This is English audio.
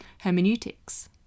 hermeneutics